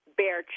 bear